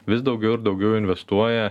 vis daugiau ir daugiau investuoja